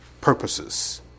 purposes